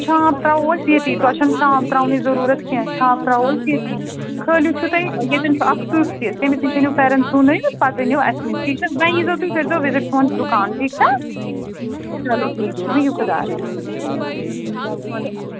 چھانٛپ ترٛاوو أسۍ ییٚتی تۄہہِ چھَنہٕ چھانٛپ ترٛاونٕچ ضروٗرت کیٚنٛہہ چھانٚپ ترٛاوو أسۍ ییٚتی خٲلی چھُو تۄہہِ ییٚتٮ۪ن چھُ اکھ سٕژ تہِ تٔمِس نِش أنِو فٮ۪رن سوٗوٕنٲوِتھ پَتہٕ أنِو اَسہِ نِش ٹھیٖک چھا وۅنۍ ییٖزیٚو تُہۍ کٔرۍزیٚو وِزِٹ سون دُکان ٹھیٖک چھا چلو ٹھیٖک چھُ بِہِو خۄدایَس حَوال بِہِو وَعلیکُم سلام